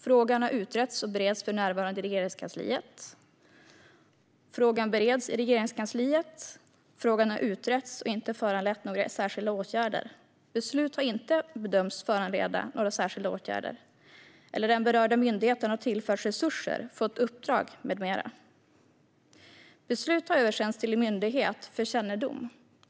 Frågan har utretts och bereds för närvarande i Regeringskansliet. Frågan bereds i Regeringskansliet. Frågan har utretts och inte föranlett några särskilda åtgärder. Beslutet har inte bedömts föranleda några särskilda åtgärder. Den berörda myndigheten har tillförts resurser, fått uppdrag med mera. Beslutet har översänts till myndighet för kännedom.